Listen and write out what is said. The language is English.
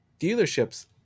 dealerships